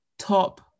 top